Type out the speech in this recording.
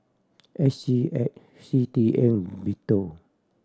S G X C T A and BTO